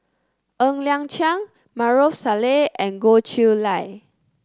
Ng Liang Chiang Maarof Salleh and Goh Chiew Lye